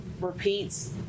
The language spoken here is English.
repeats